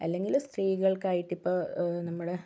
അല്ലെങ്കില് സ്ത്രീകൾക്കായിട്ടിപ്പോൾ നമ്മുടെ